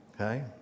Okay